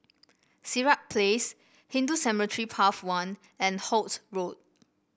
Sirat Place Hindu Cemetery Path one and Holt Road